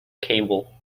cable